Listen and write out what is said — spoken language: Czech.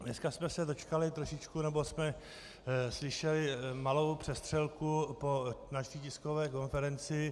Dneska jsme se dočkali trošičku nebo jsme slyšeli malou přestřelku po naší tiskové konferenci.